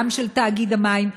גם של תאגיד המים,